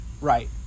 right